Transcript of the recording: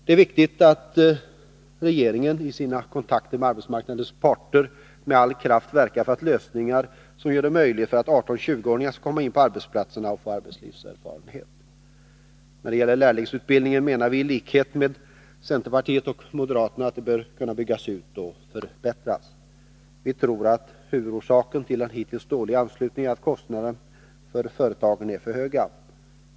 Det är viktigt att regeringen i sina kontakter med arbetsmarknadens parter med all kraft verkar för lösningar som gör det möjligt för 18-20-åringar att komma in på arbetsplatserna och få arbetslivserfarenhet. När det gäller lärlingsutbildningen menar vi, i likhet med centerpartiet och moderaterna, att den bör kunna byggas ut och förbättras. Vi tror att huvudorsaken till den hittills dåliga anslutningen är att kostnaderna för företagen är för höga.